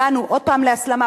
הגענו עוד פעם להסלמה,